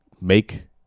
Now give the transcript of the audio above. Make